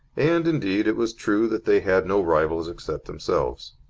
and, indeed, it was true that they had no rivals except themselves.